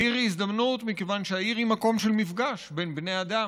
העיר היא הזדמנות מכיוון שהעיר היא מקום של מפגש בין בני אדם,